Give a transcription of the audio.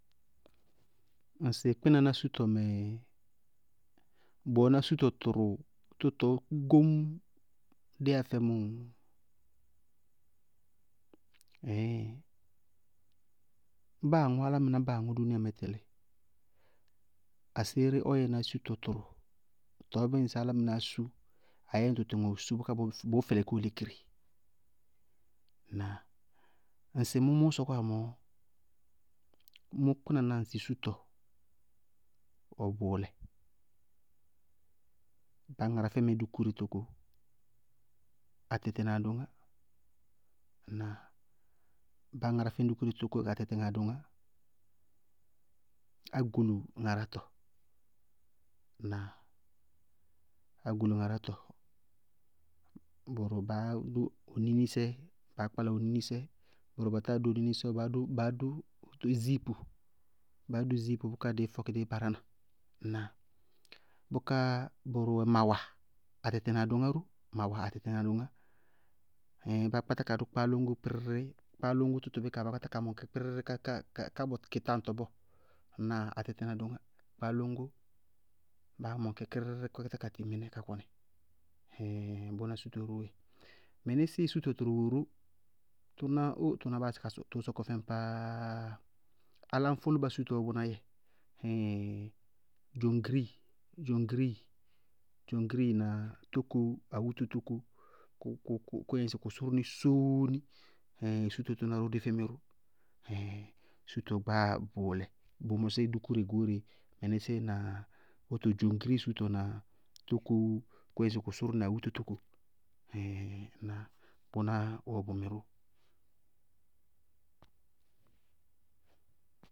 Ŋsɩ kpínaná sútɔmɛ, bʋ wɛná sútɔ tʋrʋ tʋ tɔɔ góññ déyá fɛ mʋʋ? báa aŋʋ álámɩná báa aŋʋ dúúnia mɛ tɛlɩ, aséé ɔ yɛná sútɔ tʋrʋ tɔɔ bíɩ ŋsɩ álámɩnáá sú ayéé tɔ ŋʋrʋ súu, bʋʋ fɛlɩkí ɔ lékiremɛ. Ŋnáa? Ŋsɩ mʋ mʋʋ sɔkɔwa mɔɔ, mʋ kpínaná ŋsɩ sútɔ, bʋwɛ bʋʋlɛ: bá ŋara fɛmɛ dúkúre tóko atɛtɛ na adoŋá. Ŋnáa? Bá ŋara fɛmɛ dúkúre tóko atɛtɛ na adoŋá, ŋnáa? Agonuŋarátɔ, na agonuŋarátɔ, bʋrʋ baá dʋ oninisɛ. Bʋrʋ batáa dʋ oninisɛ ɔɔ, baá dʋ ziíipʋ, baá dʋ ziíipʋ bʋká dɩí fɔkí dɩí barána. Ŋnáa? Bʋká bʋrʋ wɛ maawa atɛtɛ na adoŋá ró, maawa atɛtɛ na adoŋá, báá kpátá ka dʋ kpáálóñgó píríírírí, kpáálóñgó tʋtʋbíkaá baá kpáta ka mɔŋkɛ píríírírí ká ká, ká bʋ kɩ táŋtɔ bɔɔ, ŋnáa? Atɛtɛ na adoŋá, kpáálóñgó, báá mɔŋ kɛ kírírírí ká ká kpátá tiŋ mɩnɛ ka kɔnɩ. bʋná sútɔ róó dzɛ. Mɩnísíɩ sútɔ tʋrʋ wɛ ró. Óóó tʋná báásɩ ka tʋʋ sɔkɔ fɛmɛ pááá. Áláñfʋlʋñba sútɔɔ bʋná yɛɛ ɛɛin dzoŋgiríi, dzoŋgiríi, dzoŋgiríi na tóko, awúto tóko, kʋyɛ ŋsɩ kʋ sʋrʋní sóóni, ɛɛin sútɔ tʋná ró dé fɛmɛ ró. ɛɛin sútɔ gbáa bʋʋlɛ. Bʋ mɔsí dúkúre goóre mɩnísíɩ na wóto dzoŋgiríi sútɔ kʋ yɛ ŋsɩ kʋ sʋrʋní awúto tóko. ɛɛin ŋnáa? Bʋná wɛ bʋmɛ ró.